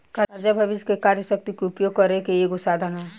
कर्जा भविष्य के कार्य शक्ति के उपयोग करे के एगो साधन ह